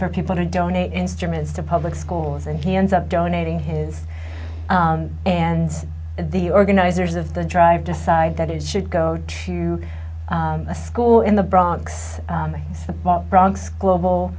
for people to donate instruments to public schools and he ends up donating his and the organizers of the drive decide that it should go to a school in the bronx bronx global